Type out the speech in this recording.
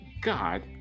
God